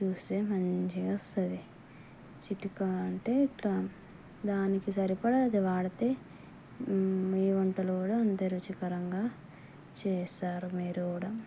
చూస్తే మంచిగా వస్తుంది చిటుక అంటే ఇట్లా దానికి సరిపడ అది వాడితే మీ వంటలు కూడా అంతే రుచికరంగా చేస్తారు మీరు కూడా